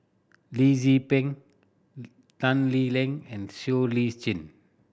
Lee Tzu Pheng Tan Lee Leng and Siow Lee Chin